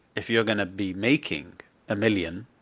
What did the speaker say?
if you're gonna be making a million,